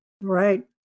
Right